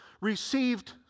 received